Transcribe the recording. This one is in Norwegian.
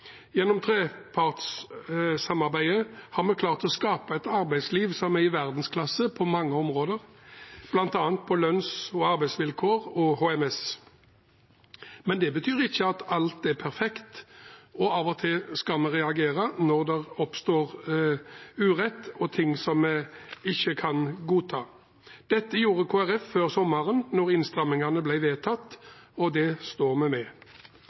Gjennom trepartssamarbeidet har vi klart å skape et arbeidsliv som er i verdensklasse på mange områder, bl.a. når det gjelder lønns- og arbeidsvilkår og HMS. Men det betyr ikke at alt er perfekt. Av og til skal vi reagere når det oppstår urett og ting som vi ikke kan godta. Det gjorde Kristelig Folkeparti før sommeren da innstrammingene ble vedtatt, og det står vi